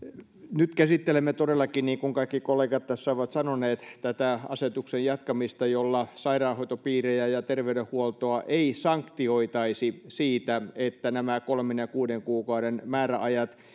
nyt käsittelemme todellakin niin kuin kaikki kollegat tässä ovat sanoneet tämän asetuksen jatkamista jolla sairaanhoitopiirejä ja terveydenhuoltoa ei sanktioitaisi siitä että nämä kolmen ja kuuden kuukauden määräajat